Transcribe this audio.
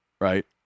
right